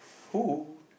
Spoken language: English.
who